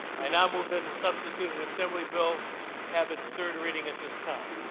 i now move that the substituted assembly bill have its third reading at this time.